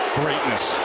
greatness